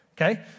Okay